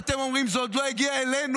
ואתם אומרים: זה עוד לא הגיע אלינו,